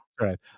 right